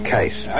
Case